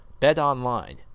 BetOnline